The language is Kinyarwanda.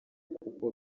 kuko